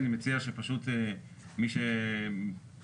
הנה הראיה שאף אחד מהם הוא לא רב באמת.